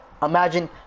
Imagine